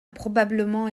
probablement